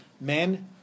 men